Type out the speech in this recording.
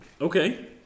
Okay